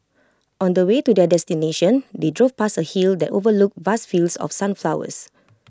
on the way to their destination they drove past A hill that overlooked vast fields of sunflowers